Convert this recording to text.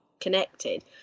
connected